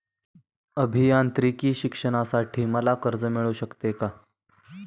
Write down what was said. अभियांत्रिकी शिक्षणासाठी मला कर्ज मिळू शकते का?